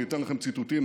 אני אתן לכם ציטוטים,